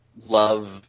love